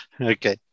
Okay